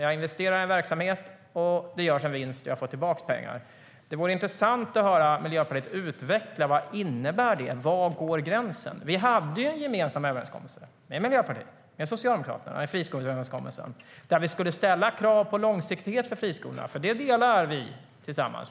Jag investerar i en verksamhet, det görs en vinst och jag får tillbaka pengar. Det vore intressant att höra Miljöpartiet utveckla det. Vad innebär det? Var går gränsen? Vi hade en gemensam överenskommelse med Miljöpartiet och Socialdemokraterna i friskoleöverenskommelsen där vi skulle ställa krav på långsiktighet för friskolorna. Det delar vi tillsammans.